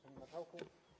Panie Marszałku!